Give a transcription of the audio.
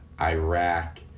Iraq